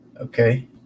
Okay